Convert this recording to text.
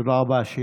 תודה רבה.